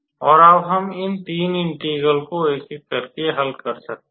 और अब हम इन तीन इंटेग्रल को एक एक करके हल कर सकते हैं